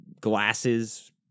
glasses